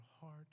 heart